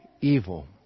evil